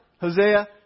Hosea